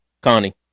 Connie